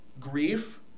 grief